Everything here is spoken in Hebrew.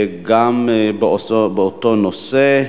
גם באותו נושא,